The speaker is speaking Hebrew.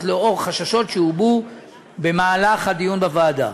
זאת לאור חששות שהובעו במהלך הדיון בוועדה.